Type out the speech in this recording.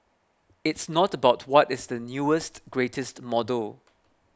it's not about what is the newest greatest model